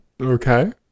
okay